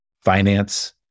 finance